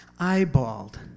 eyeballed